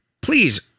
Please